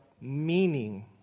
meaning